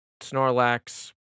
Snorlax